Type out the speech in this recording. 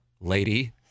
lady